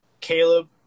Caleb